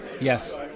Yes